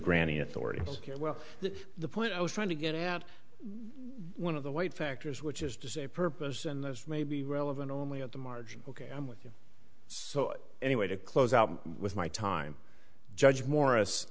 granting authority secure well the point i was trying to get out one of the white factors which is to say purpose and those may be relevant only at the margin ok i'm with you so anyway to close out with my time judge morris